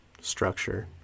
structure